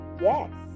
Yes